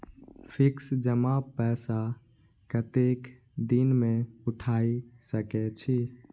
Fix जमा पैसा कतेक दिन में उठाई सके छी?